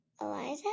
Eliza